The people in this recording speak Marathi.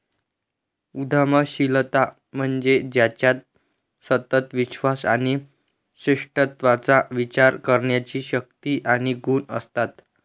उद्यमशीलता म्हणजे ज्याच्यात सतत विश्वास आणि श्रेष्ठत्वाचा विचार करण्याची शक्ती आणि गुण असतात